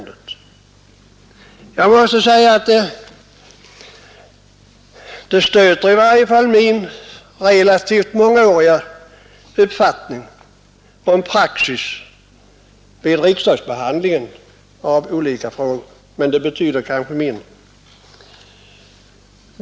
Det stöter i varje fall min relativt mångåriga uppfattning om praxis vid riksdagsbehandlingen av olika frågor. Men det betyder kanske mindre.